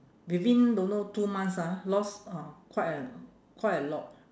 within don't know two months ah lost uh quite a quite a lot